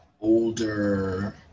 older